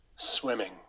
swimming